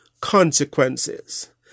consequences